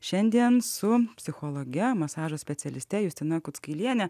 šiandien su psichologe masažo specialiste justina kuckailienė